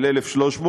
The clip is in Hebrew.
של 1,300,